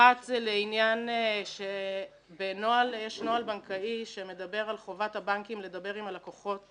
אחת זה לעניין שיש נוהל בנקאי שמדבר על חובת הבנקים לדבר עם הלקוחות